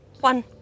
One